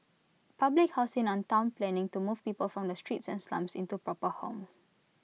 public housing and Town planning to move people from the streets and slums into proper homes